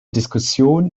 diskussion